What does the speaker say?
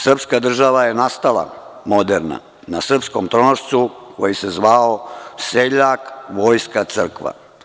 Srpska država je nastala moderna na srpskom tronošcu koji se zvao seljak, vojska, crkva.